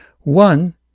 One